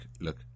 look